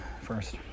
first